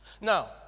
Now